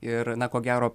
ir na ko gero